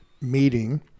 meeting